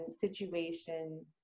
situation